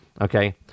Okay